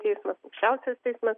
teismas aukščiausias teismas